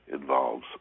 involves